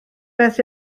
beth